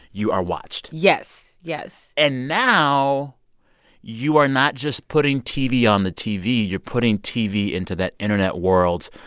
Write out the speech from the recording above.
you are watched yes, yes and now you are not just putting tv on the tv, you're putting tv into that internet world,